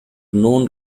noon